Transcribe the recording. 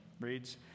reads